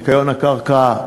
ניקיון הקרקע,